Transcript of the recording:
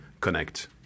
connect